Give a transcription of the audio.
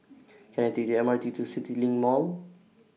Can I Take The M R T to CityLink Mall